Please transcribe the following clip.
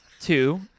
Two